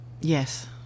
Yes